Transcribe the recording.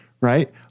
right